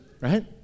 right